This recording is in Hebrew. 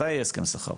מתי יהיה הסכם שכר?